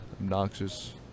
obnoxious